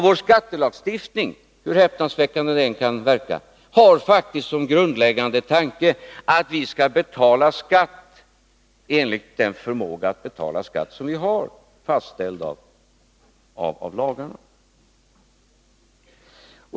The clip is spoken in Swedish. Vår skattelagstiftning har — hur häpnadsväckande det än kan verka — faktiskt som grundläggande tanke att vi skall betala skatt efter den förmåga att betala skatt som vi har, fastställd av lagarna.